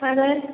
അതെ